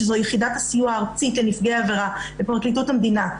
שזאת יחידת הסיוע הארצית לנפגעי עבירה בפרקליטות המדינה,